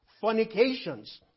fornications